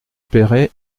payerai